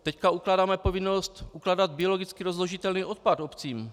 Teď ukládáme povinnost ukládat biologicky rozložitelný odpad obcím.